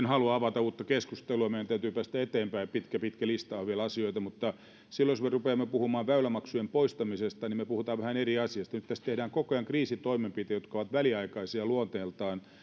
halua avata uutta keskustelua meidän täytyy päästä eteenpäin pitkä pitkä lista on vielä asioita mutta silloin jos rupeamme puhumaan väylämaksujen poistamisesta niin me puhumme vähän eri asiasta nyt tässä tehdään koko ajan kriisitoimenpiteitä jotka ovat väliaikaisia luonteeltaan